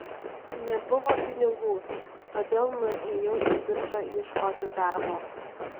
nebuvo pinigų todėl nuėjau į biržą ieškoti darbo